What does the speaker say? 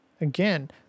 Again